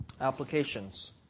applications